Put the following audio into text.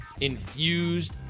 infused